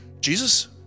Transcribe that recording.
Jesus